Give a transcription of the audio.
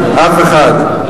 על אף אחד.